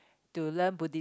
to learn Buddi~